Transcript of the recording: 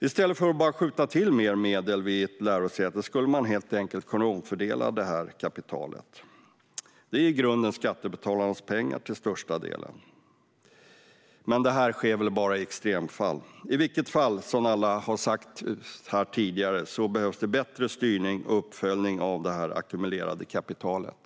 I stället för att bara skjuta till mer medel vid ett lärosäte skulle man helt enkelt kunna omfördela kapitalet. I grunden är det ju till största delen skattebetalarnas pengar. Men det sker väl bara i extremfall. I vilket fall behövs det, som alla tidigare talare har sagt, bättre styrning och uppföljning av det ackumulerade kapitalet.